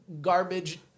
garbage